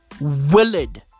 Willard